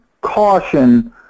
caution